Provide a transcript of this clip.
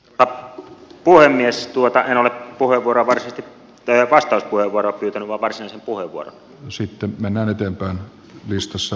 r b puhemies luota hän oli puhe varovaisesti tervasta saanut sellaisia laskelmia että minä voisin niihin oikopäätä uskoa